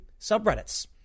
subreddits